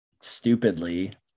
stupidly